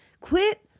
Quit